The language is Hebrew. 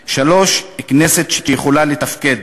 3. כנסת שיכולה לתפקד,